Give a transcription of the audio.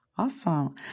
Awesome